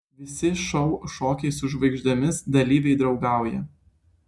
visi šou šokiai su žvaigždėmis dalyviai draugauja